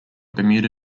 bermuda